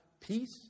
peace